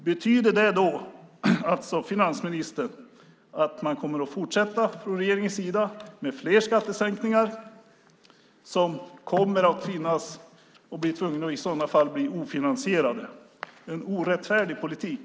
Betyder det då, finansministern, att man från regeringens sida kommer att fortsätta med fler skattesänkningar som i sådana fall kommer att bli ofinansierade? Det är en orättfärdig politik.